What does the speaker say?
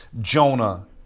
Jonah